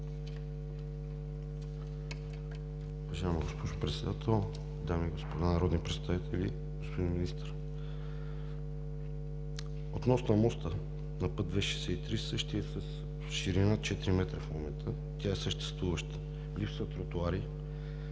Уважаема госпожо Председател, дами и господа народни представители, господин Министър! Относно моста на път 2.63 същият е с ширина 4 метра в момента. Тя е съществуваща. Липсват тротоари,